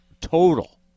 total